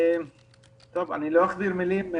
אני לא אכביר מילים.